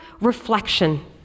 reflection